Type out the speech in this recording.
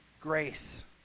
grace